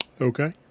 Okay